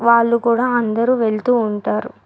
వాళ్ళు కూడ అందరు వెళ్తూ ఉంటారు